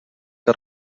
que